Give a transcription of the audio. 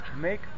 make